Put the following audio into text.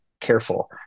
careful